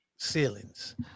ceilings